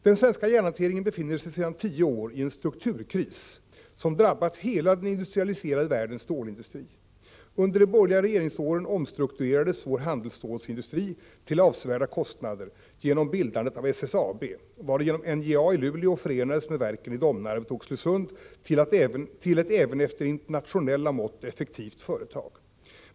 Den svenska järnhanteringen befinner sig sedan tio år tillbaka i en strukturkris, som drabbat hela den industrialiserade världens stålindustri. Under de borgerliga regeringsåren omstrukturerades vår handelsstålsindustri till avsevärda kostnader genom bildandet av SSAB, varigenom NJA i Luleå förenades med verken i Domnarvet och Oxelösund till ett även efter internationella mått effektivt företag.